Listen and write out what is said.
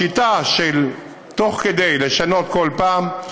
השיטה של תוך כדי לשנות כל פעם,